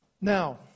Now